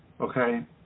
okay